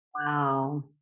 Wow